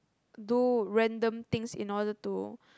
do random things in order to